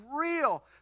real